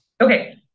Okay